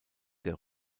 der